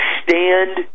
stand